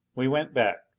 we went back.